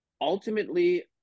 Ultimately